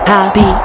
Happy